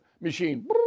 machine